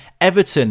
Everton